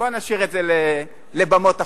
בוא נשאיר את זה לבמות אחרות.